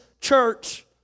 church